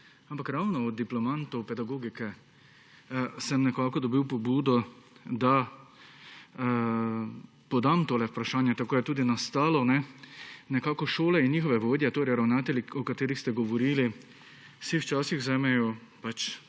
Ampak ravno od diplomantov pedagogike sem dobil pobudo, da podam to vprašanje, tako je tudi nastalo. Šole in njihove vodje, torej ravnatelji, o katerih ste govorili, si včasih vzamejo